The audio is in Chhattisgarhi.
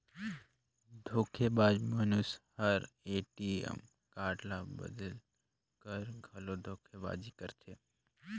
धोखेबाज मइनसे हर ए.टी.एम कारड ल बलेद कर घलो धोखेबाजी करथे